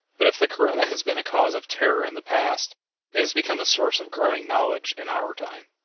but if the corona has been a cause of terror in the past it has become a source of growing knowledge in our time.